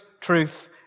truth